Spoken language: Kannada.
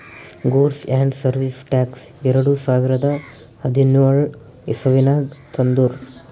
ಗೂಡ್ಸ್ ಆ್ಯಂಡ್ ಸರ್ವೀಸ್ ಟ್ಯಾಕ್ಸ್ ಎರಡು ಸಾವಿರದ ಹದಿನ್ಯೋಳ್ ಇಸವಿನಾಗ್ ತಂದುರ್